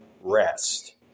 rest